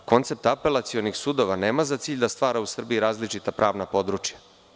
Koncept apelacionih sudova nema za cilj da stvara u Srbiji različita pravna područja.